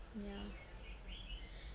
yeah